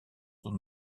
sont